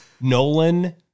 Nolan